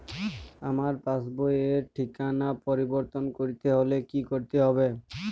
আমার পাসবই র ঠিকানা পরিবর্তন করতে হলে কী করতে হবে?